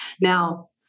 now